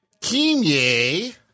Kimye